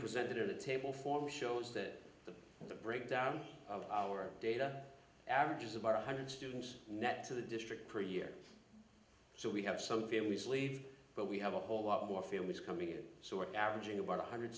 presented in a table form shows that the breakdown of our data averages about one hundred students net to the district per year so we have some families leave but we have a whole lot more families coming in so we're averaging about one hundred